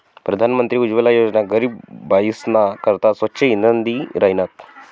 प्रधानमंत्री उज्वला योजना गरीब बायीसना करता स्वच्छ इंधन दि राहिनात